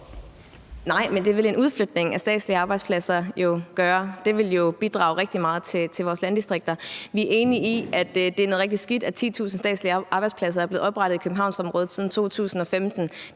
Nej, men det vil en udflytning af statslige arbejdspladser jo gøre. Det vil bidrage rigtig meget til vores landdistrikter. Vi er enige om, at det er noget rigtig skidt, at 10.000 statslige arbejdspladser er blevet oprettet i Københavnsområdet siden 2015.